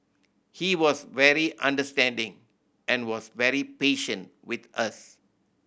he was very understanding and was very patient with us